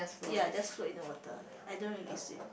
ya just float in the water I don't really swim